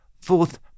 Fourth